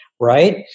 right